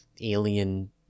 alien